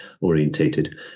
orientated